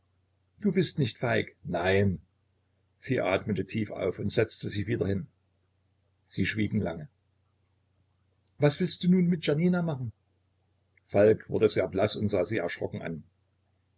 du bist nicht feig nein sie atmete tief auf und setzte sich wieder hin sie schwiegen lange was willst du nun mit janina machen falk wurde sehr blaß und sah sie erschrocken an